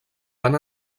van